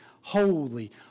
holy